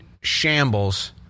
shambles